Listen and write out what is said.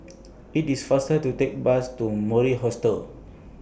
IT IS faster to Take Bus to Mori Hostel